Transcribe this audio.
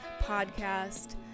podcast